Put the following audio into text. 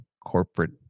corporate